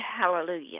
hallelujah